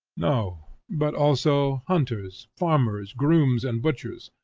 no but also hunters, farmers, grooms, and butchers,